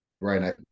right